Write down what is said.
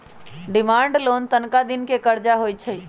demand loan तनका दिन के करजा होइ छइ